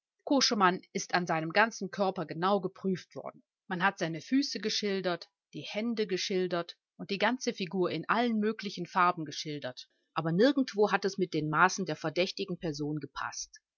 ist an seinem ganzen körper genau geprüft worden man hat seine füße geschildert die hände geschildert und die ganze figur in allen möglichen farben geschildert aber nirgendwo hat es mit den maßen der verdächtigen person gepaßt